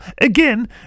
again